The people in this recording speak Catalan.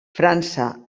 frança